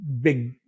big